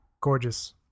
Gorgeous